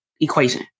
equation